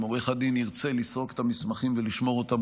אם עורך הדין ירצה לסרוק את המסמכים ולשמור אותם,